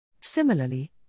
Similarly